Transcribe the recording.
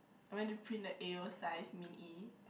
I went to print like a_o size Min Ee